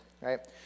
right